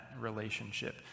relationship